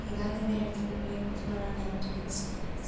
ഇതാണ് എൻ്റെ ഹെഡ് സെറ്റിനെക്കുറിച്ച് പറയാൻ നെഗറ്റീവ് എക്സ്പീരിയൻസ്